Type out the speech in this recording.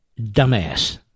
Dumbass